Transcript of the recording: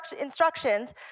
instructions